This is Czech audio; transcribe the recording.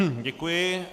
Děkuji.